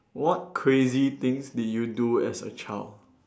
what crazy things did you do as a child